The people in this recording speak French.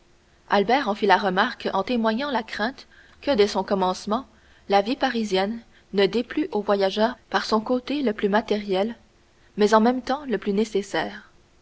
albert en fit la remarque en témoignant la crainte que dès son commencement la vie parisienne ne déplût au voyageur par son côté le plus matériel mais en même temps le plus nécessaire